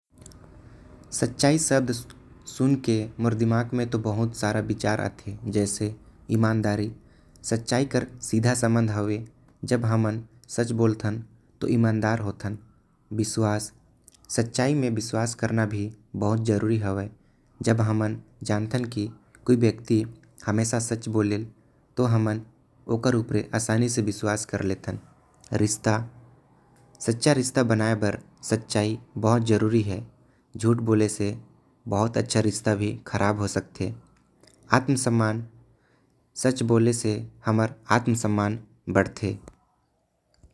सच्चाई शब्द सुनके मोर मन में बहुत विचार आथे। जैसे ईमानदारी सच्चाई का सीधा संबंध होथे। जब हमन सच बोलथे तब हमन ईमानदार होथन। विश्वास सच्चाई में विश्वास करना भी बहुत जरुरी हवे। जब हमन जानथस की कोई आदमी हमेशा सच बोलेल तो। हमन ओकर उपरे आसानी से विश्वास कर लेथी। सच्चा रिश्ता बनाये बर सच्चाई बहुत जरुरी है। झूठ भोलेले बहुत अच्छा रिश्ते भी खराब होथे। आत्मसम्मान सच बोले ले हमर आत्मसम्मान भी बड़थे।